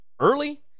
early